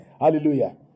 hallelujah